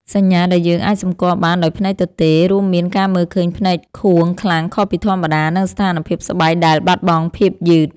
សញ្ញាដែលយើងអាចសម្គាល់បានដោយភ្នែកទទេ រួមមានការមើលឃើញភ្នែកខួងខ្លាំងខុសពីធម្មតា និងស្ថានភាពស្បែកដែលបាត់បង់ភាពយឺត។